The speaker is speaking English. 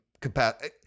capacity